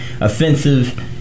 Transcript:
offensive